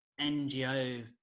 NGO